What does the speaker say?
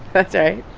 that's right